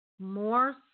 more